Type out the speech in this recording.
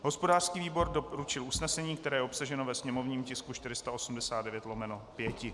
Hospodářský výbor doporučil usnesení, které je obsaženo ve sněmovním tisku 489/5.